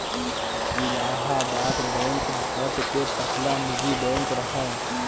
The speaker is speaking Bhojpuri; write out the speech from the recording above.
इलाहाबाद बैंक भारत के पहिला निजी बैंक रहे